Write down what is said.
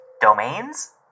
domains